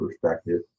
perspective